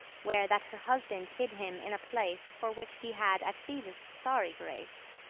where that her husband hid him in a place, for which he had at thebes sorry grace.